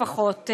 לפחות,